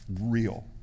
real